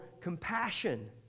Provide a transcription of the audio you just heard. compassion